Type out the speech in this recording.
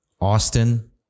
Austin